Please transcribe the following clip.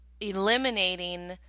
eliminating